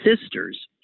sisters